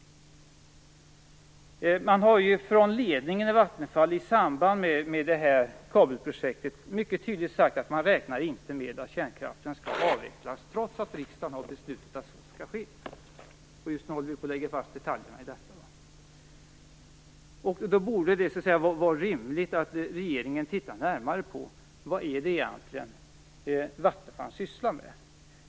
Man har från ledningen i Vattenfall i samband med detta kabelprojekt mycket tydligt sagt att man inte räknar med att kärnkraften skall avvecklas, trots att riksdagen har beslutat att så skall ske. Just nu håller vi på att lägga fast detaljerna i detta. Det borde då vara rimligt att regeringen tittar närmare på vad Vattenfall egentligen sysslar med.